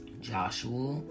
Joshua